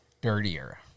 dirtier